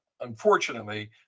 unfortunately